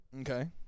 Okay